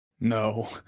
No